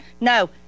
No